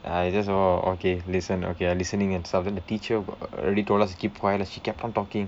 I just oh okay listen okay I listening and stuff then the teacher already told us to keep quiet and she kept on talking